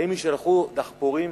האם יישלחו דחפורים